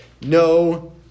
no